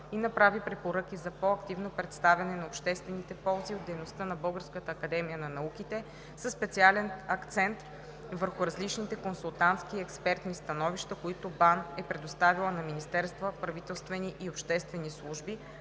и направи препоръки за по-активно представяне на обществените ползи от дейността на Българската академия на науките със специален акцент върху различните консултантски и експертни становища, които БАН е предоставила на министерства, правителствени и обществени служби,